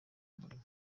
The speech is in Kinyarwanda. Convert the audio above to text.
muriro